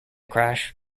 crash